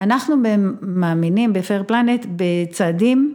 אנחנו מאמינים fair planet בצעדים.